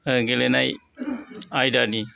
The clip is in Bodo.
गेलेनाय आयदानि